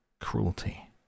Cruelty